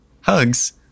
Hugs